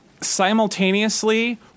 simultaneously